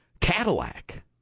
Cadillac